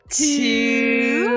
two